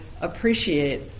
appreciate